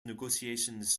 negotiations